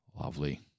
Lovely